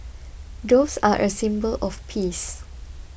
doves are a symbol of peace